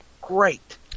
great